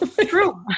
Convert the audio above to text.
True